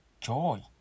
joy